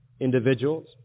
individuals